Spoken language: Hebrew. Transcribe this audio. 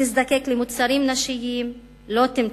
תזדקק למוצרים נשיים, לא תמצא.